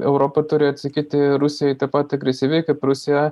europa turi atsakyti rusijai taip pat agresyviai kaip rusija